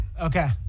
Okay